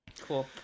Cool